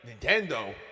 Nintendo